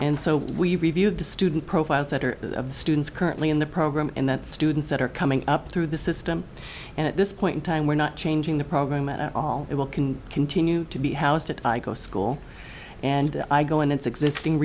and so we reviewed the student profiles that are students currently in the program and that students that are coming up through the system and at this point in time we're not changing the program at all it will can continue to be housed at school and i go and it's existing